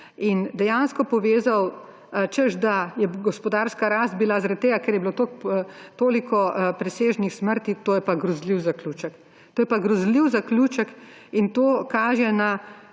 in dejansko povezal, češ, da je gospodarska rast bila zaradi tega, ker je bilo toliko presežnih smrti. To je pa grozljiv zaključek. To je pa grozljiv zaključek, in to kaže na